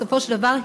בסופו של דבר,